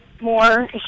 more